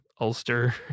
ulster